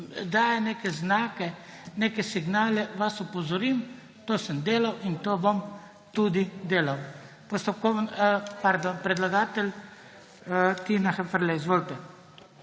daje neke znake, neke signale, vas opozorim. To sem delal in to bom tudi delal. Predlagatelj. Tina Heferle, izvolite.